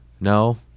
No